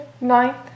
ninth